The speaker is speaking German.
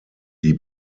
die